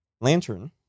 lantern